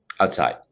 Outside